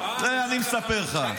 זה, אני מספר לך.